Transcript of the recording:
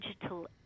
digital